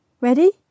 Ready